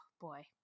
boy